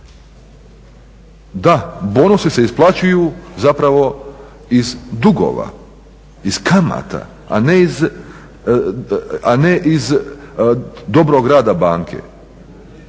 Da, bonusi se isplaćuju zapravo iz dugova, iz kamata a ne iz dobrog rada banke.